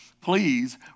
please